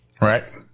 Right